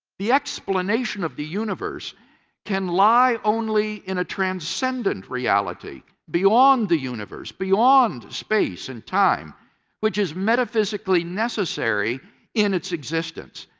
the explanation of the universe can lie only in a transcendent reality beyond the universe, beyond space and time which is metaphysically necessary in its existence.